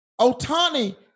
Otani